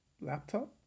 laptop